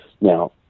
Now